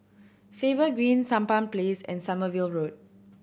Faber Green Sampan Place and Sommerville Road